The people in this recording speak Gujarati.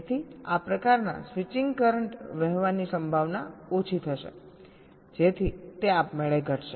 તેથી આ પ્રકારના સ્વિચિંગ કરંટ વહેવાની સંભાવના ઓછી થશે જેથી તે આપમેળે ઘટશે